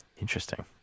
Interesting